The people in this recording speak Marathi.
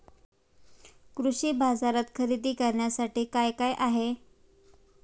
कृषी बाजारात खरेदी करण्यासाठी काय काय आहे?